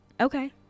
Okay